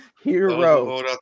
Hero